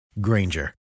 Granger